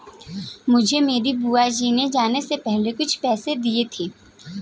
मुझे मेरी बुआ जी ने जाने से पहले कुछ पैसे दिए थे